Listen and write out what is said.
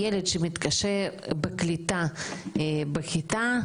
ילד שמתקשה בקליטה בכיתה,